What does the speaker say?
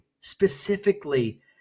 specifically